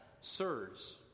Sirs